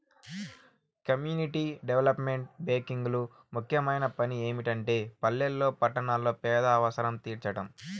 community development బ్యేంకులు ముఖ్యమైన పని ఏమిటంటే పల్లెల్లో పట్టణాల్లో పేదల అవసరం తీర్చడం